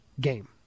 game